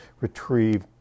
retrieve